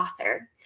author